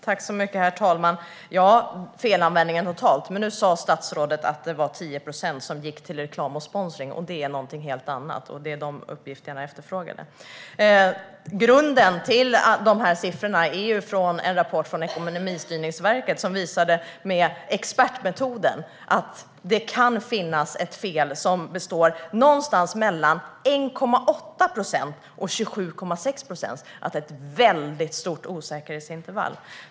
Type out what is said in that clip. Herr talman! Den siffran avser felanvändningen totalt, men nu sa statsrådet att det var 10 procent som gick till reklam och sponsring. Det är något helt annat, och det var de uppgifterna jag efterfrågade. Siffrorna har sin grund i en rapport från Ekonomistyrningsverket, som med expertmetoden visade att det kan finnas ett fel på mellan 1,8 och 27,6 procent - ett väldigt stort osäkerhetsintervall.